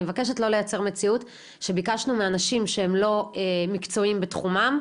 אני מבקשת לא לייצר מציאות שביקשנו מאנשים שהם לא מקצועיים בתחומם,